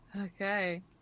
Okay